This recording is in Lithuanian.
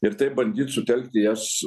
ir taip bandyt sutelkti jas